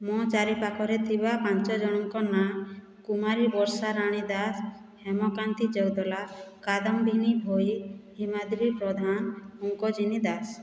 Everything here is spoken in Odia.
ମୋ ଚାରିପାଖରେ ଥିବା ପାଞ୍ଚଜଣଙ୍କ ନାଁ କୁମାରୀ ବର୍ଷାରାଣୀ ଦାସ ହେମକାନ୍ତୀ ଚଉଦୁଲା କାଦମ୍ବିନୀ ଭୋଇ ହିମାଦ୍ରି ପ୍ରଧାନ ପଙ୍କଜିନୀ ଦାସ